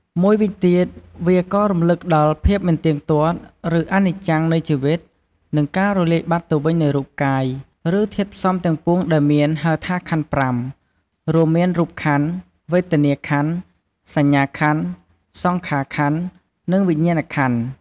មួយវិញទៀតវាក៏រំលឹកដល់ ភាពមិនទៀងទាត់ ឬ អនិច្ចំ នៃជីវិត និងការរលាយបាត់ទៅវិញនៃរូបកាយ ឬធាតុផ្សំទាំងពួង ដែលមានហៅថា ខន្ធ ៥ រួមមាន រូបក្ខន្ធ វេទនាខន្ធ សញ្ញាខន្ធ សង្ខារក្ខន្ធ និងវិញ្ញាណក្ខន្ធ។